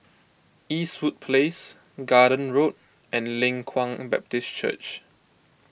Eastwood Place Garden Road and Leng Kwang Baptist Church